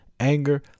anger